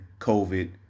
covid